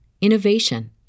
innovation